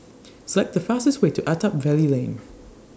Select The fastest Way to Attap Valley Lane